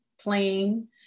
playing